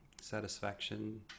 satisfaction